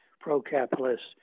pro-capitalist